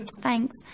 thanks